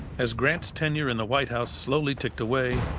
as grant's tenure in the white house slowly ticked away,